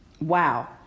Wow